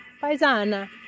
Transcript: Paisana